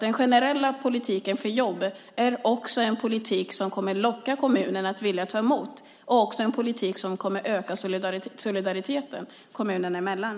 Den generella politiken för jobb är alltså även en politik som kommer att locka kommunerna att vilja ta emot flyktingar, och det är också en politik som kommer att öka solidariteten kommunerna emellan.